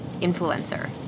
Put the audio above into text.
influencer